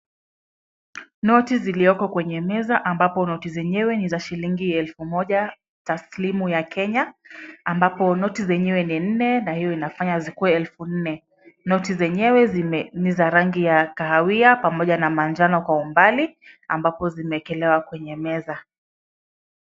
Noti zilioko kwenye meza ambapo noti zenyewe ni za shilingi elfu moja taslimu ya Kenya ambapo noti zenyewe ni nne na hiyo inafanya zikuwe elfu nne. Noti zenyewe ni za rangi ya kahawia pamoja na manjano kwa umbali ambapo zimewekelewa kwenye meza.